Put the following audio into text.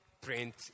print